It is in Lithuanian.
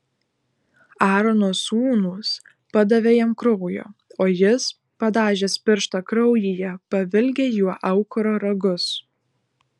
aarono sūnūs padavė jam kraujo o jis padažęs pirštą kraujyje pavilgė juo aukuro ragus